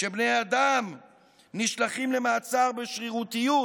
כשבני אדם נשלחים למעצר בשרירותיות,